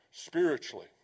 Spiritually